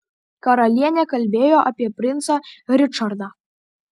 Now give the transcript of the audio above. karalienė kalbėjo apie princą ričardą